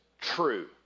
true